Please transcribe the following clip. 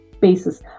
basis